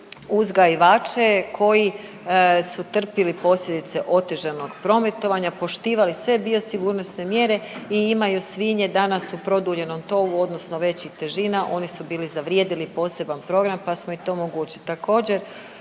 uzgajivače koji su trpili posljedice otežanog prometovanja, poštivali sve biosigurnosne mjere i imaju svinje danas u produljenom tovu odnosno većih težina, oni su bili zavrijedili poseban program pa smo i to omogućili. Također